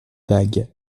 bague